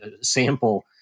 sample